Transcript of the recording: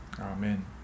Amen